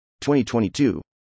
2022